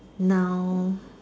now